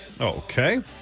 Okay